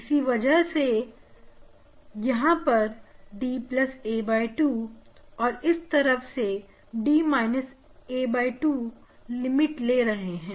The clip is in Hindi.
इसी वजह से यहां पर d a2 और इस तरफ d a2 लिमिट रहे हैं